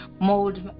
Mold